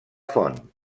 font